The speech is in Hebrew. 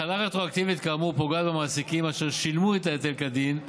החלה רטרואקטיבית כאמור פוגעת במעסיקים אשר שילמו את ההיטל כדין,